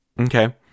Okay